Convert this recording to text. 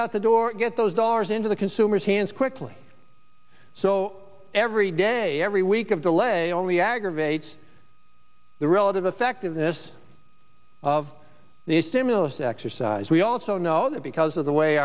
out the door get those dollars into the consumers hands quickly so every day every week of delay only aggravates the relative effectiveness of the stimulus exercise we also know that because of the way